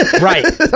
Right